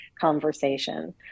conversation